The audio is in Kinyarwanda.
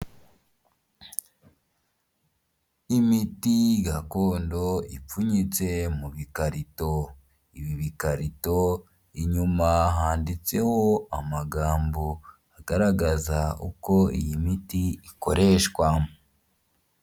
Imiti gakondo ipfunyitse mu bikarito, ibi bikarito inyuma handitseho amagambo agaragaza uko iyi miti ikoreshwa.